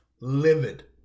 Livid